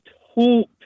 hope